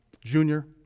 Junior